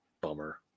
bummer